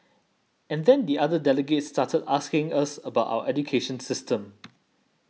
and then the other delegates started asking us about our education system